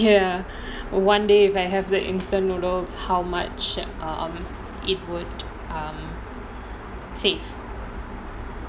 ya one day if I have the instant noodles how much um it would um save